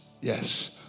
Yes